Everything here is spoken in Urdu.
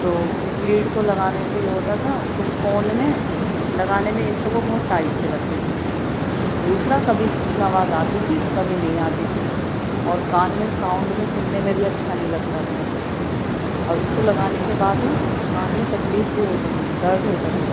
تو اس لیڈ کو لگانے سے یہ ہوتا تھا کہ فون میں لگانے میں ایک تو وہ بہت ٹائٹ سے لگتی تھی دوسرا کبھی اس میں آواز آتی تھی کبھی نہیں آتی تھی اور کان میں ساؤنڈ میں سننے میں بھی اچھا نہیں لگتا تھا اور اس کو لگانے کے بعد نا کان میں تکلیف بھی ہوتی تھی درد ہوتا تھا